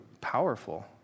powerful